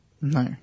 No